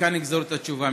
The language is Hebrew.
ומכאן נגזור את התשובה.